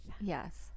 yes